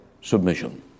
submission